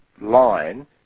line